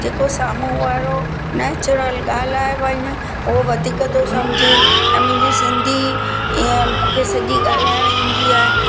जेको साम्हूं वारो नेचरल ॻाल्हाए वञ उहो वधीक थो समुझे ऐं मुंहिंजी सिंधी इअं मूंखे सॼी ॻाल्हाइण ईंदी आहे